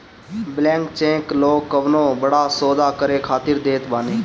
blank cheque लोग कवनो बड़ा सौदा करे खातिर देत बाने